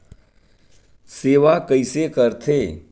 सेवा कइसे करथे?